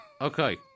Okay